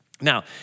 Now